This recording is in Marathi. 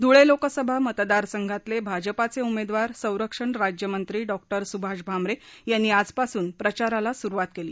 धुळे लोकसभा मतदार संघातले भाजपाचे उमेदवार संरक्षण राज्यमंत्री डॉक्टर सुभाष भामरे यांनी आजपासून प्रचाराला सुरुवात केली